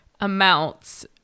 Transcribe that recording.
amounts